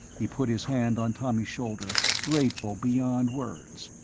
he put his hand on tommy's shoulder, grateful beyond words.